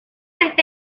está